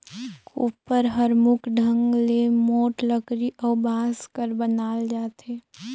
कोपर हर मुख ढंग ले मोट लकरी अउ बांस कर बनाल जाथे